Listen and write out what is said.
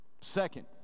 Second